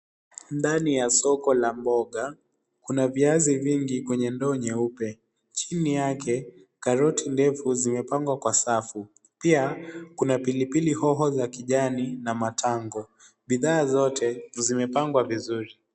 Ndani ya soko la mboga, kuna viazi vingi kwenye ndoo nyeupe, chiini yake karoti ndefu zimepangwa kwa safu pia kuna pilipili hoho za kijani na matango, bidhaa zote zimepangwa vizuri.